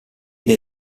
dei